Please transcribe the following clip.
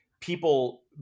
people